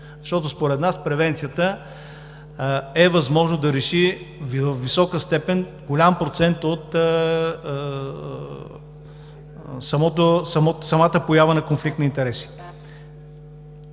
Защото според нас превенцията е възможно да реши във висока степен голям процент от самата поява на конфликт на интереси.